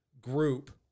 group